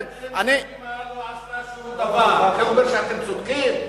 אם קדימה לא עשתה שום דבר, זה אומר שאתם צודקים?